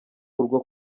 urwo